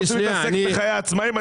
אנחנו רוצים להתעסק בחיי העצמאים.